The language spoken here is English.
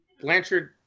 Blanchard